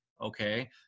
Okay